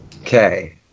Okay